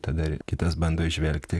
tada kitas bando įžvelgti